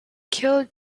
killed